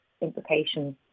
implications